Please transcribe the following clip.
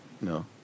no